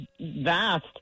vast